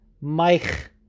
Mike